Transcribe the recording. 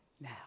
now